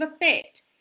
effect